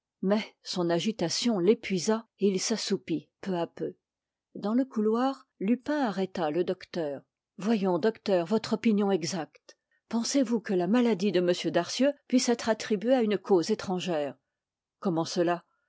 mais son agitation l'épuisa et il s'assoupit peu à peu dans le couloir lupin arrêta le docteur voyons docteur votre opinion exacte pensez-vous que la maladie de m darcieux puisse être attribuée à une cause étrangère comment cela